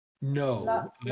No